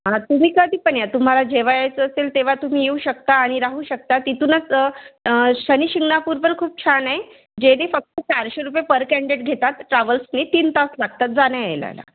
हां तुम्ही कधी पण या तुम्हाला जेव्हा यायचं असेल तेव्हा तुम्ही येऊ शकता आणि राहू शकता तिथूनच शनिशिंगणापूरवर खूप छान आहे जेणे फक्त चारशे रुपये पर कँडेट घेतात ट्राव्हल्सने तीन तास लागतात जाण्या एलाला